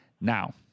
Now